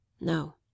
No